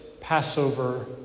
Passover